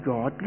God